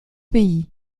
pays